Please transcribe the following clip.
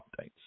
updates